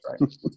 right